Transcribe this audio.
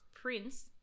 prince